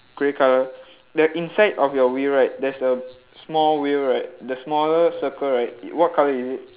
grey colour the inside of your wheel right there's a small wheel right the smaller circle right what colour is it